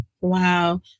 Wow